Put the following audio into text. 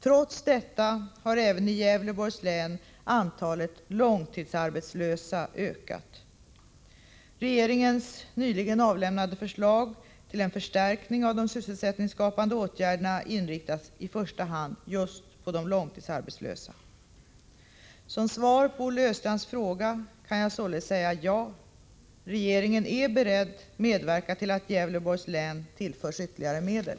Trots detta har även i Gävleborgs län antalet långtidsarbetslösa ökat. Regeringens nyligen avlämnade förslag till en förstärkning av de sysselsättningsskapande åtgärderna inriktas i första hand just på långtidsarbetslösa. Som svar på Olle Östrands fråga kan jag således säga ja. Regeringen är beredd medverka till att Gävleborgs län tillförs ytterligare medel.